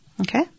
Okay